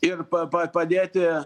ir pa pa padėti